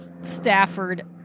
stafford